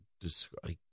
describe